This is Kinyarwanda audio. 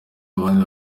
abandi